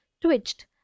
twitched